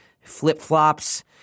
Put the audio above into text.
flip-flops